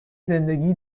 زندگی